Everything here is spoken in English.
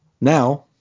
Now